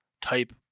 type